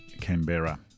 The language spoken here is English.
Canberra